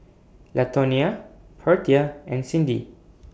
Latonia Portia and Cyndi